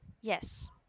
Yes